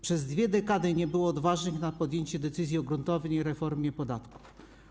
Przez dwie dekady nie było odważnych, aby podjąć decyzję o gruntownej reformie podatków.